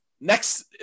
next